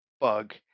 bug